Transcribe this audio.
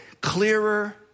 clearer